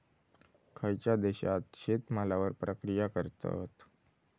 खयच्या देशात शेतमालावर प्रक्रिया करतत?